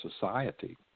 society